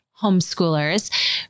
homeschoolers